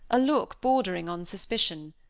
a look bordering on suspicion.